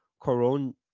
Coron